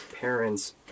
parents